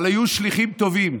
היו שליחים טובים,